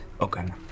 Okay